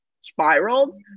spiraled